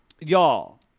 Y'all